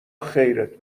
خیرت